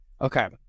Okay